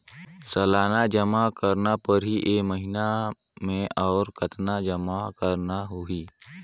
सालाना जमा करना परही या महीना मे और कतना जमा करना होहि?